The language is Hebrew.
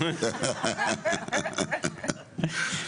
בבקשה.